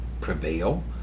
prevail